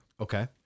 Okay